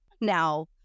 now